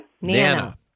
Nana